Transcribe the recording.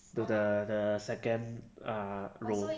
to the the second uh room